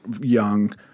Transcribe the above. young